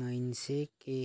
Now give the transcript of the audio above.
मइनसे के